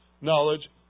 knowledge